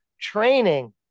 training